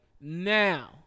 Now